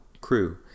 crew